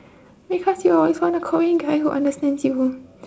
because you always want a korean guy who understands you